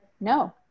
no